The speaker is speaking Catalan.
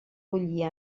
bullir